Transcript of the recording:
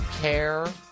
care